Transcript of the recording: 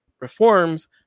reforms